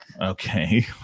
Okay